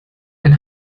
ein